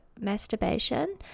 masturbation